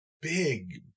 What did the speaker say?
big